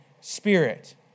spirit